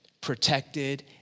protected